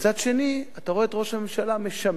מצד שני, אתה רואה את ראש הממשלה משמר,